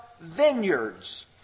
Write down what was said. vineyards